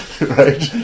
Right